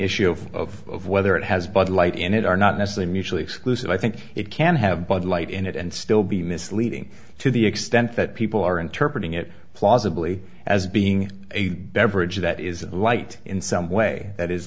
issue of whether it has bud light and it are not necessarily mutually exclusive i think it can have bud light in it and still be misleading to the extent that people are interpret it plausibly as being a beverage that is light in some way that is